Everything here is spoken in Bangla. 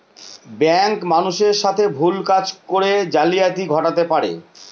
ব্যাঙ্ক মানুষের সাথে ভুল কাজ করে জালিয়াতি ঘটাতে পারে